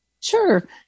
Sure